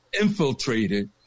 infiltrated